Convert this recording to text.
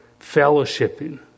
fellowshipping